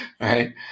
right